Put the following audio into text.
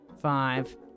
Five